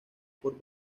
por